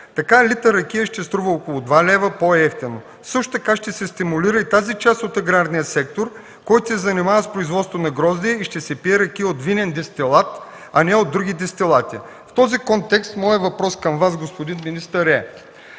Така литър ракия ще струва около 2 лв. по-евтино. Също така ще се стимулира и тази част от аграрния сектор, който се занимава с производство на грозде, и ще се пие ракия от винен дестилат, а не от други дестилати. В този контекст моят въпрос към Вас, господин министър, е: